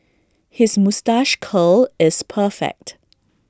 his moustache curl is perfect